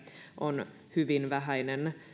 on hyvin vähäinen